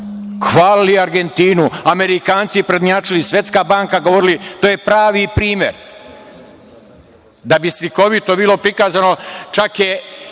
Hvalili Argentinu, Amerikanci prednjačili, Svetska banka, govorili da je to pravi primer. Da bi slikovito bilo prikazano, čak je